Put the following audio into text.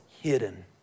hidden